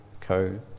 co